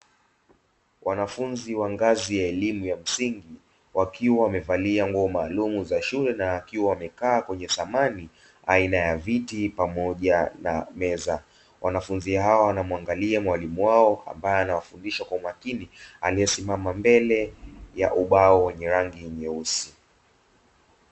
Wanafunzi wa ngazi ya elimu ya msingi wakiwa wamevalia nguo maalumu za shule na wakiwa wamekaa kwenye samani aina ya viti pamoja na meza, wanafunzi hao wanamuangalia mwalimu wao ambaye anawafundisha kwa umakini aliyesimama mbele ya ubao wenye rangi nyeusi.